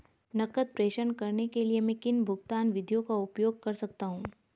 नकद प्रेषण करने के लिए मैं किन भुगतान विधियों का उपयोग कर सकता हूँ?